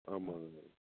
ஆமாங்க